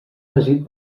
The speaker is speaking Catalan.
regit